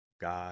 God